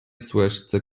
córeczce